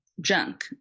junk